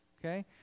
Okay